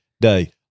day